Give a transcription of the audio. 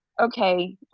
Okay